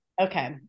Okay